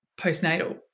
postnatal